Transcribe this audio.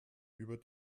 über